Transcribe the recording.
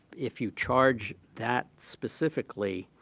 if you charge that specifically